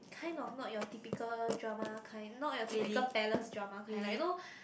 kind of not your typical drama kind not your typical palace drama kind like you know